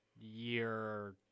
year